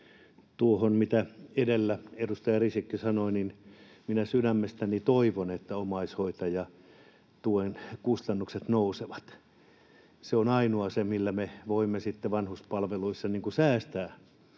Tuohon, mitä edellä edustaja Risikko sanoi: Minä sydämestäni toivon, että omaishoitajan tuen kustannukset nousevat. Se on ainoa asia, millä me voimme sitten säästää